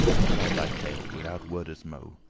tell on thy tale, withoute wordes mo'.